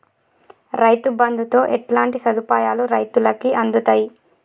రైతు బంధుతో ఎట్లాంటి సదుపాయాలు రైతులకి అందుతయి?